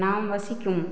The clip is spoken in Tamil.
நாம் வசிக்கும்